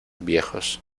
viejos